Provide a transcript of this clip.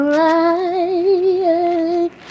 right